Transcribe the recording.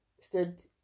stood